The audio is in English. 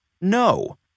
No